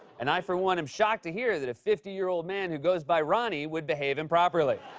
and i for one am shocked to hear that a fifty year old man who goes by ronny would behave improperly.